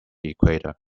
equator